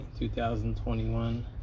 2021